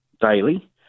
daily